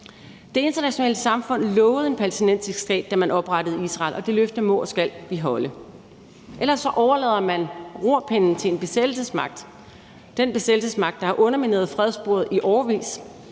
Det internationale samfund lovede en palæstinensisk stat, da man oprettede Israel, og det løfte må og skal vi holde. Ellers overlader man rorpinden til en besættelsesmagt, den besættelsesmagt, der har undermineret fredssporet i årevis,